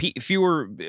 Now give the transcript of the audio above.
fewer